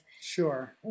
sure